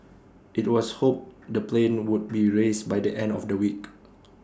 IT was hoped the plane would be raised by the end of the week